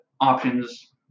options